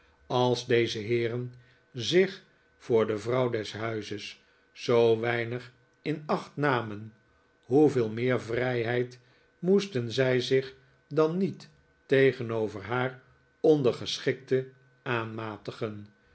als deze heeren zich voor de vrouw des huizes zoo weinig in acht namen hoeveel meer vrijheid moesten zij zich dan niet tegenover haar ondergeschikte aanmatigen